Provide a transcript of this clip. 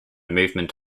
movement